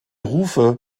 rufe